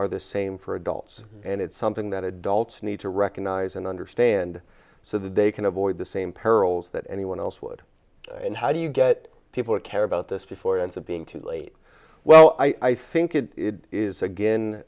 are the same for adults and it's something that adults need to recognize and understand so that they can avoid the same perils that anyone else would and how do you get people to care about this before it ends up being too late well i think it is again